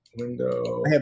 Window